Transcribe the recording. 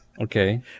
Okay